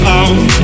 out